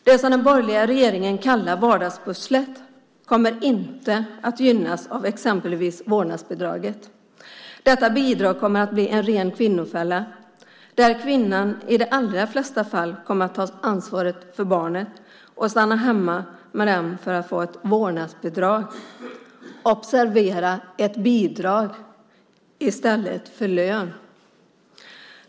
Det som den borgerliga regeringen kallar vardagspusslet kommer inte att gynnas av exempelvis vårdnadsbidraget. Detta bidrag kommer att bli en ren kvinnofälla, där kvinnan i de allra flesta fall kommer att ta ansvaret för barnen och stanna hemma med dem för att få ett vårdnadsbidrag. Observera: ett bidrag i stället för lön!